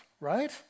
right